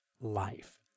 life